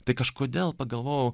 tai kažkodėl pagalvojau